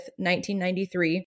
1993